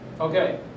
Okay